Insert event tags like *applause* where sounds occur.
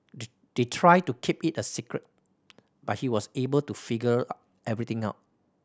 *unintelligible* they tried to keep it a secret but he was able to figure *unintelligible* everything out